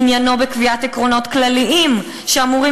עניינו בקביעת עקרונות כלליים שאמורים